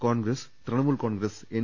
Congress Trinamool Congress N